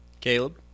Caleb